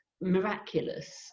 miraculous